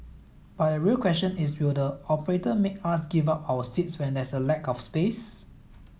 but the real question is will the operator make us give up our seats when there's a lack of space